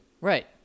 Right